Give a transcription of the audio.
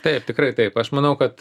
taip tikrai taip aš manau kad